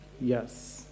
Yes